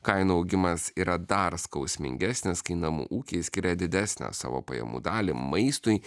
kainų augimas yra dar skausmingesnis kai namų ūkiai skiria didesnę savo pajamų dalį maistui